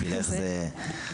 בשבילך זה.